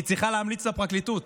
היא צריכה להמליץ לפרקליטות.